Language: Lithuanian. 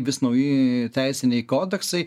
vis nauji teisiniai kodeksai